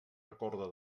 recorda